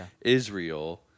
Israel